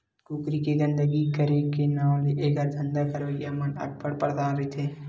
कुकरी के गंदगी करे के नांव ले एखर धंधा करइया मन अब्बड़ परसान रहिथे